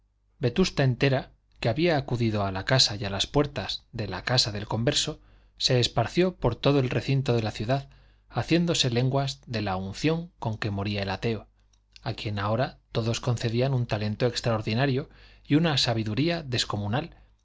vetusta entera que había acudido a la casa y a las puertas de la casa del converso se esparció por todo el recinto de la ciudad haciéndose lenguas de la unción con que moría el ateo a quien ahora todos concedían un talento extraordinario y una sabiduría descomunal